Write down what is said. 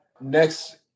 next